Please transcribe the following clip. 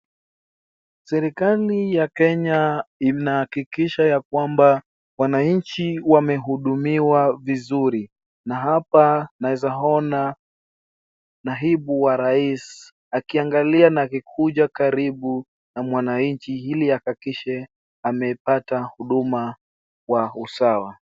Serikali ya kenya inahakikisha ya kwamba wananchi wanahudumiwa vizuri na apa naona naibu wa rais akiangalia akikuja karibu na mwananchi ili ahakikishe amepata huduma kwa usawa.